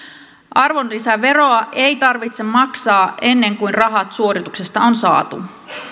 arvonlisäveroa ei tarvitse maksaa ennen kuin rahat suorituksesta on saatu